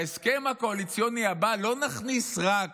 בהסכם הקואליציוני הבא לא נכניס רק